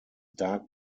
dark